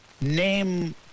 name